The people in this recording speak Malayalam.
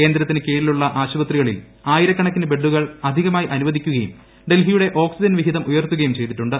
കേന്ദ്രത്തിന് കീഴിലുള്ള ആശുപത്രികളിൽ ആയിരക്കണക്കിന് ബെഡുകൾ അധികമായി അനുവദിക്കുകയും ഡൽഹിയുടെ ഓക്സിജൻ വിഹിതം ഉയർത്തുകയും ചെയ്തിട്ടുണ്ട്